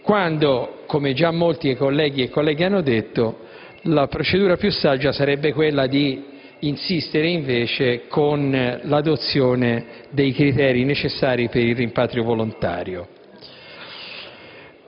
quando, come già molti colleghi e colleghe hanno detto, la procedura più saggia sarebbe quella di insistere invece con l'adozione dei criteri necessari per il rimpatrio volontario.